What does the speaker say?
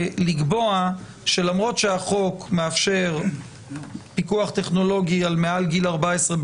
לקבוע שלמרות שהחוק מאפשר פיקוח טכנולוגי מעל גיל 14,